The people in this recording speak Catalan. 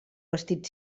vestit